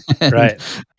right